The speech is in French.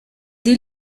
dès